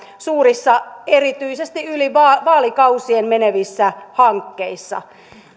suurissa erityisesti yli vaalikausien menevissä hankkeissa